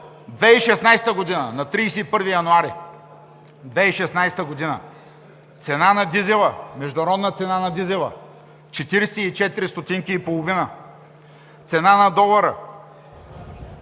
2016 г. – на 31 януари 2016 г., цената на дизела, международна цена на дизела – 44 стотинки и половина, цената на долара